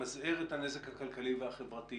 למזער את הנזק הכלכלי והחברתי